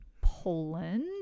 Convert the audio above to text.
Poland